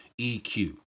EQ